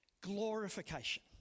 glorification